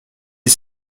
est